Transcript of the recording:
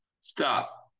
Stop